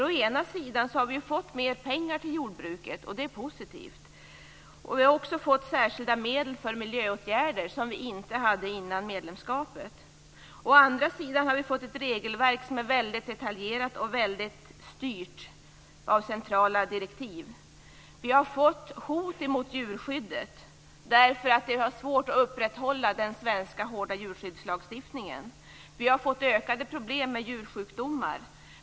Å ena sidan har vi fått mer pengar till jordbruket, och det är positivt. Vi har också fått särskilda medel för miljöåtgärder som vi inte hade före medlemskapet. Å andra sidan har vi fått ett regelverk som är väldigt detaljerat och väldigt styrt av centrala direktiv. Vi har fått hot mot djurskyddet. Det var svårt att upprätthålla den hårda svenska djurskyddslagstiftningen. Vi har fått ökade problem med djursjukdomar.